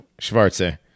Schwarze